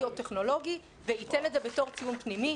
או טכנולוגי וייתן את זה בתור ציון פנימי,